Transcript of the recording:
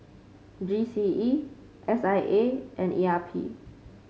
G C E S I A and E R P